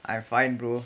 I am fine brother